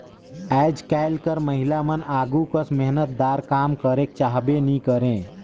आएज काएल कर महिलामन आघु कस मेहनतदार काम करेक चाहबे नी करे